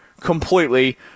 completely